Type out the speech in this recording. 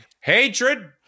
Hatred